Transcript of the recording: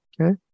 Okay